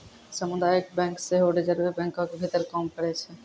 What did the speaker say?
समुदायिक बैंक सेहो रिजर्वे बैंको के भीतर काम करै छै